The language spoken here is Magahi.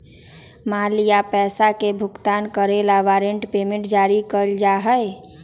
माल या पैसा के भुगतान करे ला वारंट पेमेंट जारी कइल जा हई